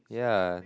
yeah